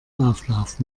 auflauf